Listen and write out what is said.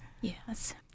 Yes